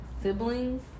siblings